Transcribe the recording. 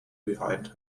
behind